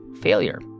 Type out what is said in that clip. failure